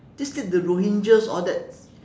just take the rohingyas all that